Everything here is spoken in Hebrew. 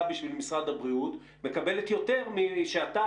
בשביל משרד הבריאות מקבלת יותר משאתה,